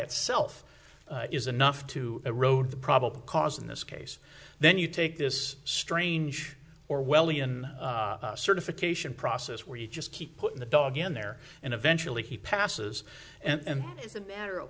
itself is enough to erode the probable cause in this case then you take this strange orwellian certification process where you just keep putting the dog in there and eventually he passes and it is a matter of